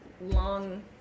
long